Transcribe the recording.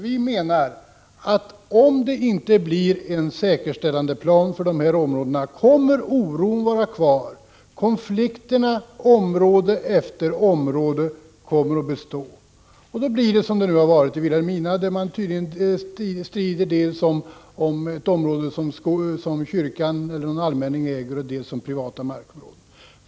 Vi menar att om det inte görs upp en säkerställandeptan för berörda områden, kommer oron att vara kvar, konflikterna i område efter område kommer att bestå. Då blir det som det nu har varit i Vilhelmina, där man tydligen strider dels om ett område som kyrkan eller någon allmänning äger, dels om privata markområden.